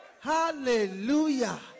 Hallelujah